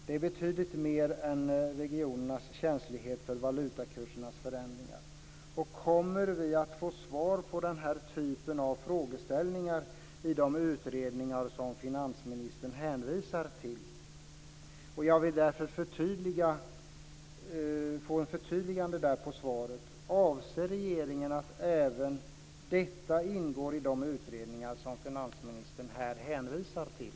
Det rör sig om betydligt mer än regionernas känslighet för valutakursernas förändringar. Kommer vi att få svar på den här typen av frågeställningar genom de utredningar som finansministern hänvisar till? Jag skulle vilja ha ett förtydligande: Avser regeringen att även detta skall ingå i de utredningar som finansministern hänvisar till?